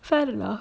fair enough